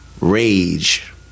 rage